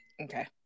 Okay